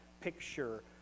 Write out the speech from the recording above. picture